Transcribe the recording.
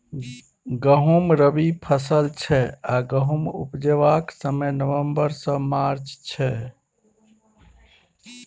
गहुँम रबी फसल छै आ गहुम उपजेबाक समय नबंबर सँ मार्च छै